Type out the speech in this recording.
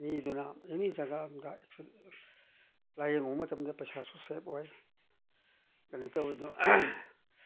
ꯃꯤꯗꯨꯅ ꯑꯦꯅꯤ ꯖꯒꯥ ꯑꯃꯗ ꯂꯥꯏꯌꯦꯡꯉꯨ ꯃꯇꯝꯗ ꯄꯩꯁꯥꯁꯨ ꯁꯦꯕ ꯑꯣꯏ ꯀꯩꯅꯣ ꯇꯧꯏꯗꯣ